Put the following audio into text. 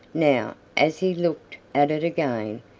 now as he looked at it again,